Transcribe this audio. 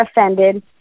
offended